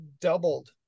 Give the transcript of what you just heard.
doubled